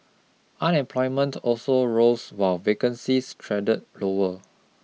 unemployment also rose while vacancies trended lower